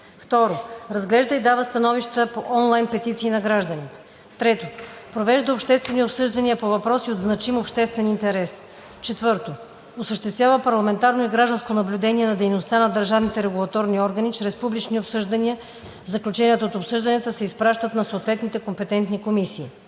2. разглежда и дава становища по онлайн петиции на гражданите; 3. провежда обществени обсъждания по въпроси от значим обществен интерес; 4. осъществява парламентарно и гражданско наблюдение на дейността на държавните регулаторни органи чрез публични обсъждания; заключенията от обсъжданията се изпращат на съответните компетентни комисии;